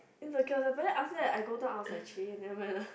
insecure sia but then after that I go down I was !cheh! nevermind lah